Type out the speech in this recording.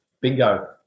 Bingo